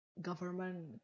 government